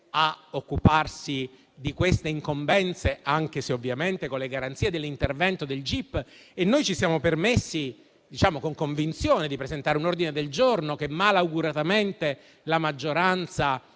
a occuparsi di queste incombenze, anche se ovviamente con le garanzie dell'intervento del gip. Noi ci siamo permessi, con convinzione, di presentare un ordine del giorno che malauguratamente la maggioranza